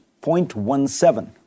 0.17